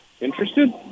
interested